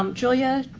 um julia,